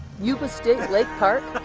yuba state lake park?